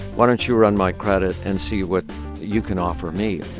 why don't you run my credit and see what you can offer me?